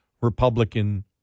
Republican